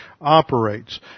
operates